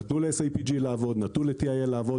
נתנו ל-SIPG לעבוד, נתנו ל-TIL לעבוד